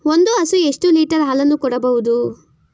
ಒಂದು ಹಸು ಎಷ್ಟು ಲೀಟರ್ ಹಾಲನ್ನು ಕೊಡಬಹುದು?